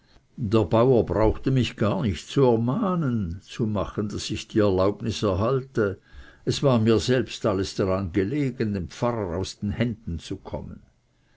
der bauer brauchte mich gar nicht zu ermahnen zu machen daß ich die erlaubnis erhalte es war mir selbst alles daran gelegen dem pfarrer aus den händen zu kommen